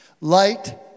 Light